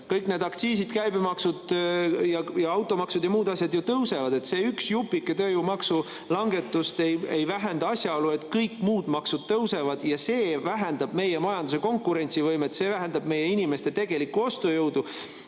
Kõik need aktsiisid, käibemaksud ja automaksud ja muud asjad ju tõusevad. See üks jupike tööjõumaksu langetust ei vähenda asjaolu, et kõik muud maksud tõusevad ja see vähendab meie majanduse konkurentsivõimet, see vähendab meie inimeste tegelikku ostujõudu.